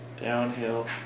Downhill